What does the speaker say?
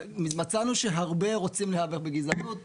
מצאנו שהרבה רוצים להיאבק בגזענות,